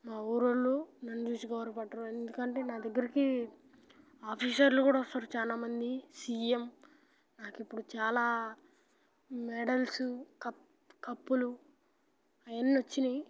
మా ఊరు వాళ్ళు నన్ను చూసి గర్వపడ్డారు ఎందుకంటే నా దగ్గరికి ఆఫీసర్లు కూడా వస్తారు చాలామంది సీఎం నాకు ఇప్పుడు చాలా మెడల్స్ కప్పు కప్పులు అవి అన్నీ వచ్చినాయి